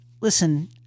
listen